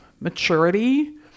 maturity